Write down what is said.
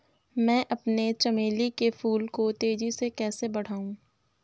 मैं अपने चमेली के फूल को तेजी से कैसे बढाऊं?